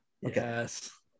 Yes